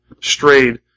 strayed